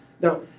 Now